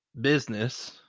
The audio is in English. business